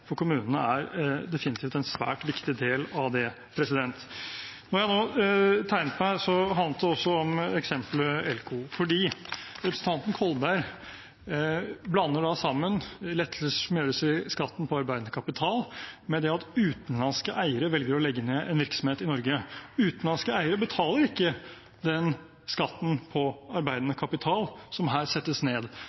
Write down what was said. for kommunene er definitivt en svært viktig del av det. Når jeg nå tegnet meg, handlet det også om eksemplet med ELKO. Representanten Kolberg blander sammen lettelser som gjøres i skatten på arbeidende kapital, med det at utenlandske eiere velger å legge ned en virksomhet i Norge. Utenlandske eiere betaler ikke den skatten på arbeidende kapital som her settes ned.